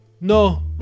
No